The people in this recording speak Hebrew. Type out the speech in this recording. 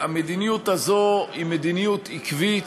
המדיניות הזאת היא מדיניות עקבית,